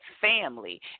family